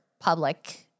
public